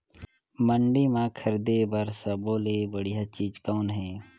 मंडी म खरीदे बर सब्बो ले बढ़िया चीज़ कौन हे?